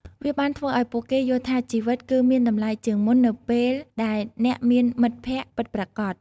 វាបានធ្វើឱ្យពួកគេយល់ថា ជីវិតគឺមានតម្លៃជាងមុននៅពេលដែលអ្នកមានមិត្តភក្តិពិតប្រាកដ។